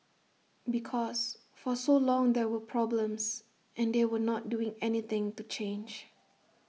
because for so long there were problems and they were not doing anything to change